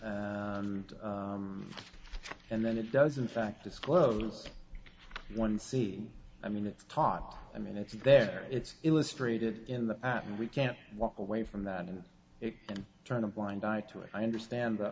gradient and then it does in fact it's closed one see i mean it's caught i mean it's there it's illustrated in the app and we can't walk away from that and it can turn a blind eye to it i understand the